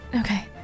Okay